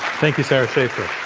thank you, sara schaefer.